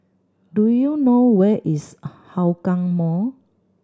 do you know where is Hougang Mall